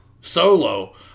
Solo